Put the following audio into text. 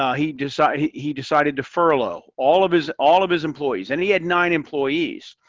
ah he decided he decided to furlough all of his all of his employees. and he had nine employees.